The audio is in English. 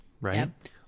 right